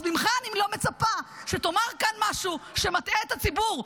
אז ממך אני לא מצפה שתאמר כאן משהו שמטעה את הציבור.